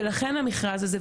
ולכן המכרז הזה.